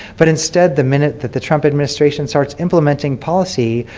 but instead the minute that the trump administration starts implementing policy,